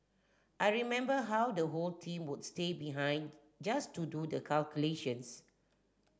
I remember how the whole team would stay behind just to do the calculations